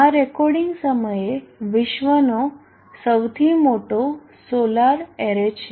આ રેકોર્ડિંગ સમયે વિશ્વનો સૌથી મોટો સોલાર એરે છે